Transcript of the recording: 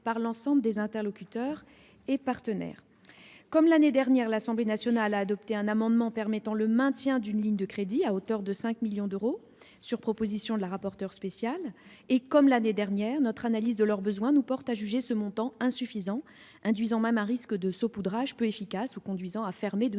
par l'ensemble des interlocuteurs et partenaires. Comme l'année dernière, l'Assemblée nationale a adopté un amendement tendant à permettre le maintien d'une ligne de crédit à hauteur de 5 millions d'euros, sur proposition de la rapporteure spéciale. Comme l'année dernière, notre analyse de leurs besoins nous porte à juger ce montant insuffisant, au risque d'un saupoudrage peu efficace ou d'une fermeture